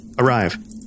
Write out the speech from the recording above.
Arrive